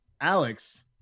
alex